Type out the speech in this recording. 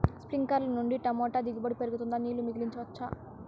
స్ప్రింక్లర్లు నుండి టమోటా దిగుబడి పెరుగుతుందా? నీళ్లు మిగిలించవచ్చా?